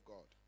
God